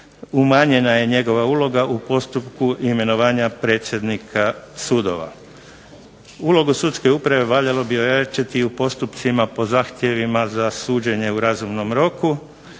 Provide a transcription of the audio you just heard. umanjena je njegova uloga u postupku imenovanja predsjednika sudova. Ulogu sudske uprave valjalo bi ojačati u postupcima po zahtjevima za suđenje u razumnom roku,